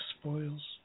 spoils